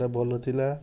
ସେଇଟା ଭଲ ଥିଲା